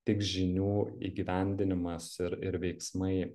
tik žinių įgyvendinimas ir ir veiksmai